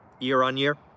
year-on-year